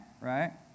right